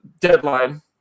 Deadline